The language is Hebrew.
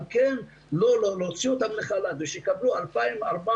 על כן להוציא אותם לחל"ת ושיקבלו 2,400